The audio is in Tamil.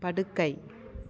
படுக்கை